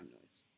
noise